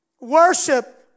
Worship